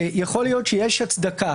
שיכול להיות שיש הצדקה